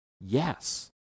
yes